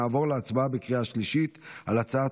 נעבור להצבעה בקריאה השלישית על הצעת